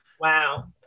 Wow